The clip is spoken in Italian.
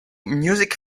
music